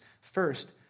First